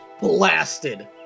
blasted